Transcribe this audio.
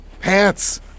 Pants